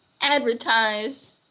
advertise